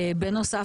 בנוסף,